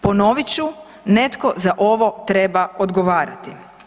Ponovit ću, netko za ovo treba odgovarati.